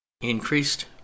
increased